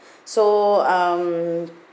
so um